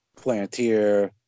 Plantier